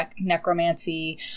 necromancy